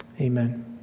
Amen